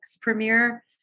premiere